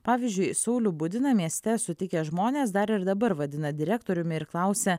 pavyzdžiui saulių budiną mieste sutikę žmonės dar ir dabar vadina direktoriumi ir klausia